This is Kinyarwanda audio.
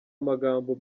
amagambo